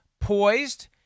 poised